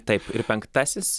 taip ir penktasis